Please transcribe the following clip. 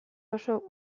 oso